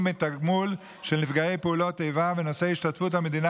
מתגמול של נפגעי פעולות איבה ואת נושא השתתפות המדינה